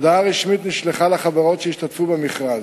הודעה רשמית נשלחה לחברות שהשתתפו במכרז.